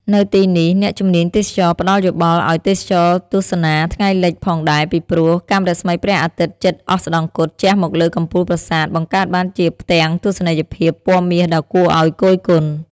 នៅទីនេះ អ្នកជំនាញទេសចរណ៍ផ្តល់យោបល់ឲ្យទេសចរទស្សនាថ្ងៃលិចផងដែរ ពីព្រោះ កាំរស្មីព្រះអាទិត្យជិតអស្តង្គតជះមកលើកំពូលប្រាសាទបង្កើតបានជាផ្ទាំងទស្សនីយភាពពណ៌មាសដ៏គួរឲ្យគយគន់។